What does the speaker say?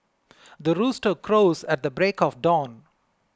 the rooster crows at the break of dawn